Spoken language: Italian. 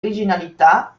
originalità